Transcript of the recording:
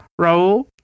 Raul